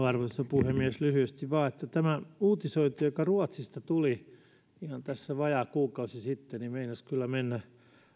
arvoisa puhemies lyhyesti vain tämä uutisointi joka ruotsista tuli ihan tässä vajaa kuukausi sitten siitä meinasi kyllä mennä